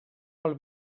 pel